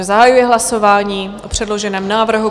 Zahajuji hlasování o předloženém návrhu.